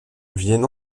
viennent